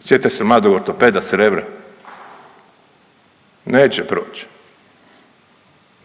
sjetite se mladog ortopeda s Rebra, neće proć.